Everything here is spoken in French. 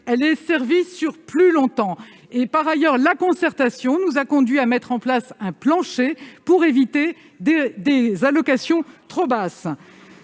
elle est servie plus longtemps. Par ailleurs, la concertation nous a conduits à mettre en place un plancher pour éviter des allocations trop basses.